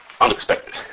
unexpected